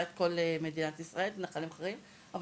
את כל מדינת ישראל או נחלים אחרים בה,